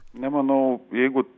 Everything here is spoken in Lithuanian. nemanau jeigu